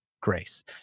grace